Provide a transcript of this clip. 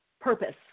purpose